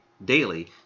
daily